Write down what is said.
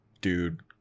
dude